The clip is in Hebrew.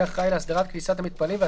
השוטר לא יכול להגיע לכל בית כנסת ולכל אולם,